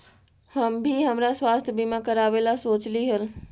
हम भी हमरा स्वास्थ्य बीमा करावे ला सोचली हल